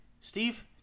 Steve